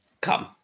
come